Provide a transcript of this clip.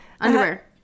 underwear